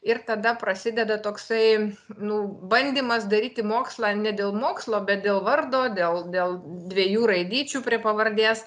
ir tada prasideda toksai nu bandymas daryti mokslą ne dėl mokslo bet dėl vardo dėl dėl dviejų raidyčių prie pavardės